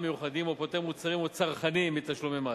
מיוחדים או פוטר מוצרים או צרכנים מתשלומי מס.